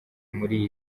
muri